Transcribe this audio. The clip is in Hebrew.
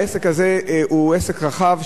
העסק הזה הוא עסק רחב,